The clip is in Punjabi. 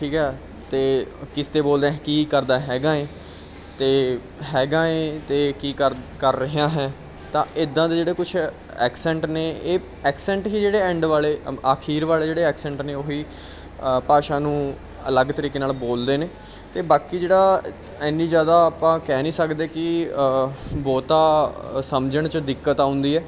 ਠੀਕ ਆ ਅਤੇ ਕਿਸ 'ਤੇ ਬੋਲਦੇ ਕੀ ਕਰਦਾ ਹੈਗਾ ਏ ਅਤੇ ਹੈਗਾ ਏ ਅਤੇ ਕੀ ਕਰ ਕਰ ਰਿਹਾ ਹੈ ਤਾਂ ਇੱਦਾਂ ਦੇ ਜਿਹੜੇ ਕੁਛ ਐਕਸੈਂਟ ਨੇ ਇਹ ਐਕਸੈਂਟ ਹੀ ਜਿਹੜੇ ਐਂਡ ਵਾਲੇ ਆਖੀਰ ਵਾਲੇ ਜਿਹੜੇ ਐਕਸੈਂਟ ਨੇ ਉਹੀ ਭਾਸ਼ਾ ਨੂੰ ਅਲੱਗ ਤਰੀਕੇ ਨਾਲ ਬੋਲਦੇ ਨੇ ਅਤੇ ਬਾਕੀ ਜਿਹੜਾ ਇੰਨੀ ਜ਼ਿਆਦਾ ਆਪਾਂ ਕਹਿ ਨਹੀਂ ਸਕਦੇ ਕਿ ਬਹੁਤਾ ਸਮਝਣ 'ਚ ਦਿੱਕਤ ਆਉਂਦੀ ਆ